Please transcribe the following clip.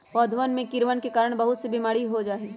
पौधवन में कीड़वन के कारण बहुत से बीमारी हो जाहई